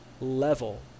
level